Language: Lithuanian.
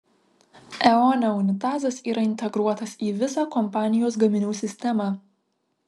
eone unitazas yra integruotas į visą kompanijos gaminių sistemą